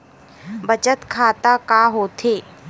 बचत खाता का होथे?